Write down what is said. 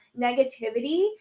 negativity